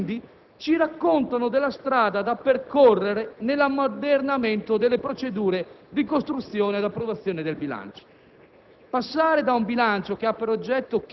Anche i particolari ci raccontano quindi della strada da percorrere nell'ammodernamento delle procedure di costruzione e approvazione del bilancio.